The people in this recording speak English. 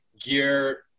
gear